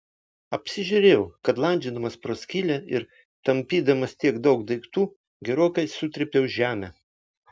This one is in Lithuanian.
apsižiūrėjau kad landžiodamas pro skylę ir tampydamas tiek daug daiktų gerokai sutrypiau žemę